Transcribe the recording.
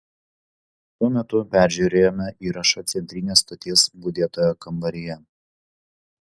tuo metu peržiūrėjome įrašą centrinės stoties budėtojo kambaryje